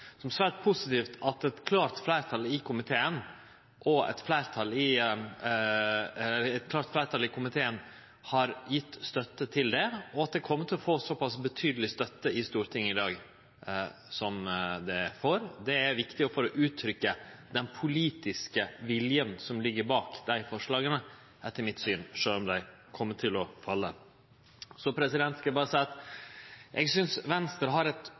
eit klart fleirtal i komiteen har gjeve støtte til det, og at det kjem til å få såpass betydeleg støtte i Stortinget i dag som det får. Det er viktig for å uttrykkje den politiske viljen som ligg bak dei forslaga, etter mitt syn, sjølv om dei kjem til å falle. Så skal eg berre seie at eg synest Venstre har eit